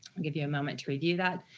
i'll give you a moment to review that,